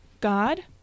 God